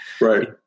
Right